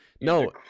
No